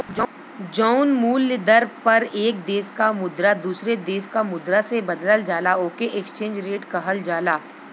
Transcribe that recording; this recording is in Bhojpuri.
जौन मूल्य दर पर एक देश क मुद्रा दूसरे देश क मुद्रा से बदलल जाला ओके एक्सचेंज रेट कहल जाला